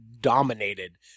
dominated